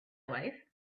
wife